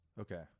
Okay